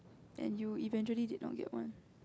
and you eventually did not get one